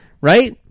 right